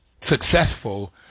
successful